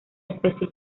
especie